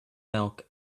milk